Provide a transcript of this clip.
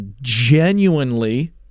genuinely